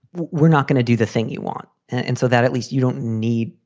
we're not going to do the thing you want. and so that at least you don't need.